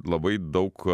labai daug